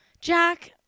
Jack